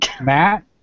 Matt